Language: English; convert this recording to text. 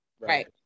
Right